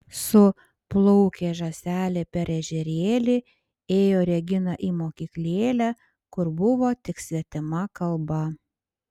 su plaukė žąselė per ežerėlį ėjo regina į mokyklėlę kur buvo tik svetima kalba